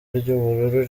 ry’ubururu